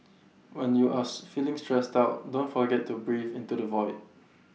when you are feeling stressed out don't forget to breathe into the void